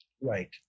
Right